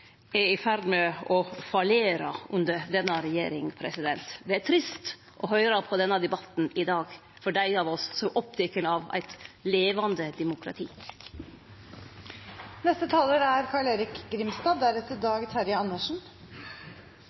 er i ferd med å fallere under denne regjeringa. Det er trist å høyre på denne debatten i dag for dei av oss som er opptekne av eit levande demokrati. Det er noe rart med denne debatten. Arbeiderpartiet bruker altså sin taletid her i dag